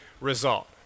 result